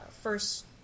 first